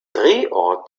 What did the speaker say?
drehort